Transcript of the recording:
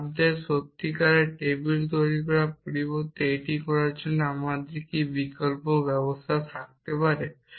স্টাফদের সত্যিকারের টেবিল তৈরি করার পরিবর্তে এটি করার জন্য আমাদের কি বিকল্প ব্যবস্থা থাকতে পারে